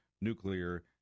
nuclear